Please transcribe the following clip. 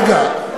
רגע.